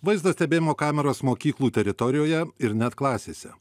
vaizdo stebėjimo kameros mokyklų teritorijoje ir net klasėse